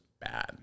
bad